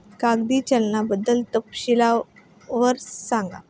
कागदी चलनाबद्दल तपशीलवार सांगा